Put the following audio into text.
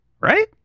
Right